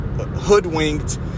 Hoodwinked